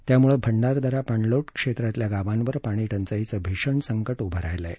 त्यामुळे भंडारदरा पाणलोट क्षेत्रातल्या गावांवर पाणीटंचाईचं भीषण संकट उभं राहिलं आहे